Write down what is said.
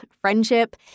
friendship